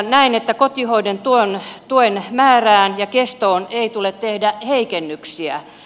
näen että kotihoidon tuen määrään ja kestoon ei tule tehdä heikennyksiä